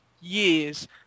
years